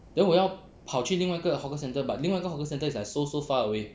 then 我要跑去另外一个 hawker centre but 另外一个 hawker centre is like so so far away